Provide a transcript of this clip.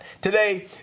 Today